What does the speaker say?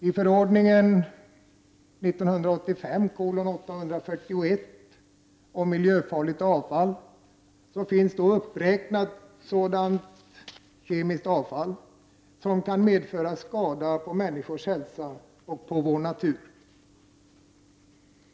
I förordningen 1985:841 om miljöfarligt avfall finns uppräknat sådant kemiskt avfall som kan medföra skada på människors hälsa och på vår natur.